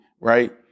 right